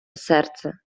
серце